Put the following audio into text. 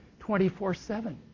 24-7